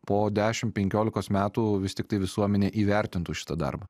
po dešim penkiolikos metų vis tiktai visuomenė įvertintų šitą darbą